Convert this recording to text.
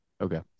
Okay